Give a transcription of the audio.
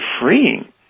freeing